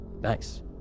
nice